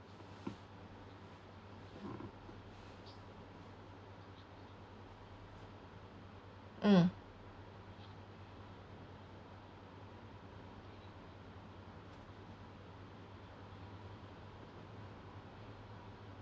mm